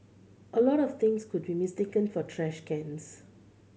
a lot of things could be mistaken for trash cans